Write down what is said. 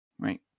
Right